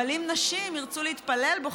אבל אם נשים ירצו להתפלל בה,